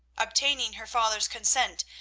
obtaining her father's consent,